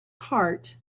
heart